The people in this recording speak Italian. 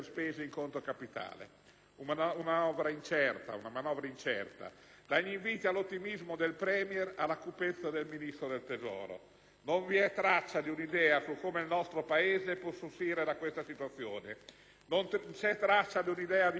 Una manovra incerta: dagli inviti all'ottimismo del *Premier* alla cupezza del Ministro dell'economia e delle finanze, non vi è traccia di un'idea di come il nostro Paese possa uscire da questa situazione. Non c'è traccia di un'idea di politica industriale,